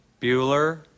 Bueller